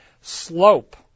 slope